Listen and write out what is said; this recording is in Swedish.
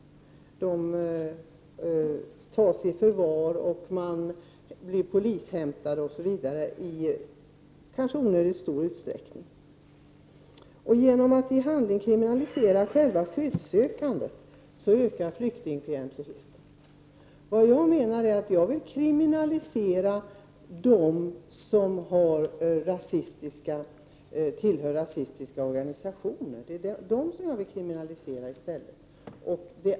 De tas i förvar, blir hämtade av polisen osv. i kanske onödigt stor utsträckning. Genom att i handling kriminalisera själva skyddssökandet ökar flyktingfientligheten. Jag vill kriminalisera dem som tillhör rasistiska organisationer.